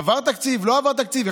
עבר תקציב או לא עבר תקציב,